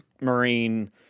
marine